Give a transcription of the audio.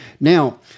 Now